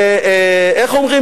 איך אומרים,